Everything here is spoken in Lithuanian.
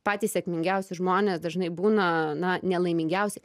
patys sėkmingiausi žmonės dažnai būna na nelaimingiausi